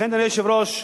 אדוני היושב-ראש,